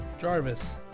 Jarvis